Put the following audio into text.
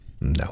no